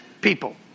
people